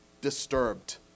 disturbed